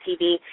TV